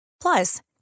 Plus